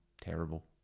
Terrible